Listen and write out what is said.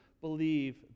believe